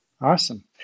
Awesome